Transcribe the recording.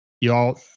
y'all